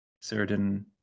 certain